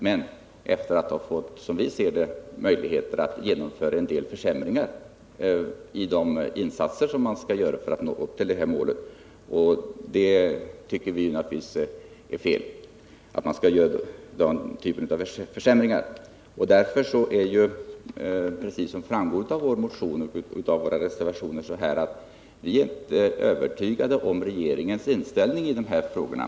Som vi ser det har detta skett sedan de fått möjligheter att genomföra en del försämringar i de insatser som krävs för att man skall nå upp till det fastställda målet, och vi tycker naturligtvis att det är fel att göra den typen av försämringar. Mot den här bakgrunden är vi, såsom också framgår av vår motion och av våra reservationer, inte övertygade om regeringens inställning till de här frågorna.